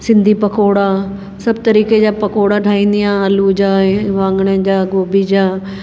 सिंधी पकोड़ा सभु तरीक़े जा पकोड़ा ठाहींदी आहियां आलू जा वाङण जा गोभी जा